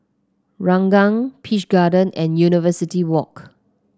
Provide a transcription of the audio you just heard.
Ranggung Peach Garden and University Walk